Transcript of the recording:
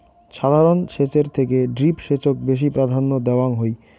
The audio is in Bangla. সাধারণ সেচের থেকে ড্রিপ সেচক বেশি প্রাধান্য দেওয়াং হই